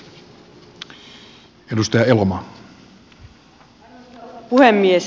arvoisa puhemies